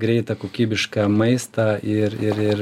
greitą kokybišką maistą ir ir ir